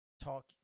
talk